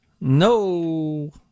no